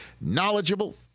knowledgeable